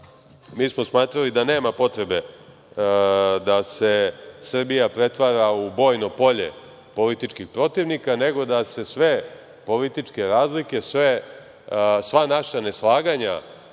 itd. Smatrali smo da nema potrebe da se Srbija pretvara u bojno polje političkih protivnika, nego da se sve političke razlike, sva naša neslaganja